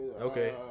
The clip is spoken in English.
Okay